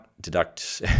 deduct